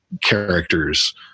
characters